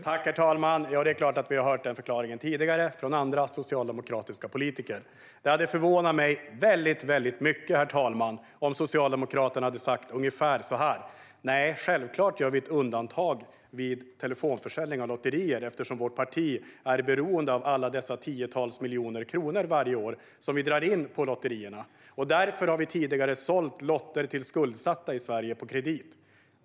Herr talman! Vi har hört den förklaringen tidigare från andra socialdemokratiska politiker. Det hade förvånat mig väldigt mycket, herr talman, om Socialdemokraterna hade sagt ungefär så här: Nej, självklart gör vi ett undantag för telefonförsäljning av lotter, eftersom vårt parti är beroende av alla tiotals miljoner kronor som vi drar in på lotterierna varje år. Därför har vi tidigare sålt lotter till skuldsatta i Sverige på kredit.